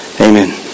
Amen